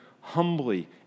humbly